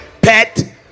pet